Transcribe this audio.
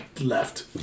left